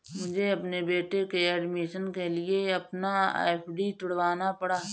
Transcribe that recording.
मुझे अपने बेटे के एडमिशन के लिए अपना एफ.डी तुड़वाना पड़ा